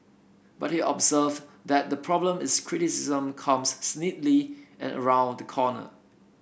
but he observed that the problem is criticism comes snidely and round the corner